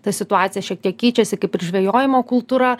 ta situacija šiek tiek keičiasi kaip ir žvejojimo kultūra